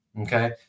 Okay